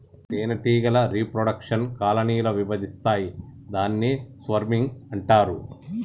తేనెటీగ reproduction colony ల విభజిస్తాయి దాన్ని స్వర్మింగ్ అంటారు